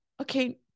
okay